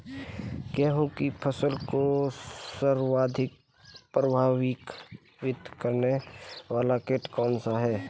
गेहूँ की फसल को सर्वाधिक प्रभावित करने वाला कीट कौनसा है?